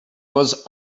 was